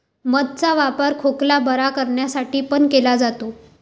मध चा वापर खोकला बरं करण्यासाठी पण केला जातो